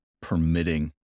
permitting